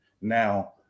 Now